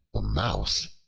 the mouse,